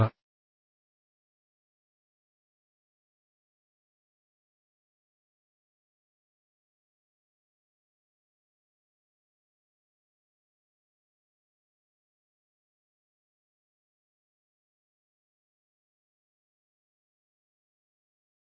പത്താമത്തേത് ഏറ്റവും എളുപ്പമുള്ളതാണ് ഒരുപക്ഷേ എല്ലാ സംസ്കാരത്തിലും എല്ലാ ഭാഷയിലും നമ്മൾ വിരൽ ചൂണ്ടുമ്പോൾ ഇത് നന്നായി ചെയ്ത ഒരു ജോലിയാണെന്ന് ആളുകൾ മനസ്സിലാക്കുന്നു അത് വിജയത്തെ സൂചിപ്പിക്കുന്നു